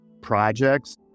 projects